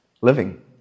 living